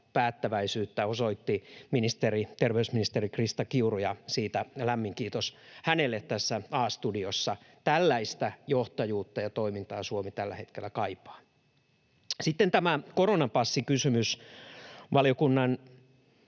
päättäväisyyttä osoitti terveysministeri Krista Kiuru A-studiossa, ja siitä lämmin kiitos hänelle. Tällaista johtajuutta ja toimintaa Suomi tällä hetkellä kaipaa. Sitten tämä koronapassikysymys: Valiokunnan